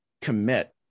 commit